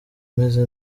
meze